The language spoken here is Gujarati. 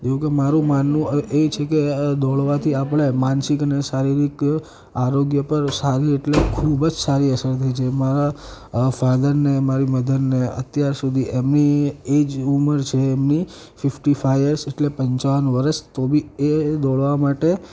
જેવું કે મારૂં માનવું એ છે કે દોડવાથી આપણે માનસિક અને શારીરિક આરોગ્ય પર સારું એટલે ખૂબ જ સારી અસર થાય છે જે મારા ફાધરને મારી મધરને અત્યાર સુધી એમની એજ ઊંમર છે એમની ફિફ્ટી ફાઇવ યર્સ એટલે પંચાવન વર્ષ તો બી એ દોડવા માટે